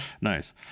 Nice